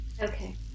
Okay